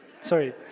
sorry